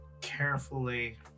carefully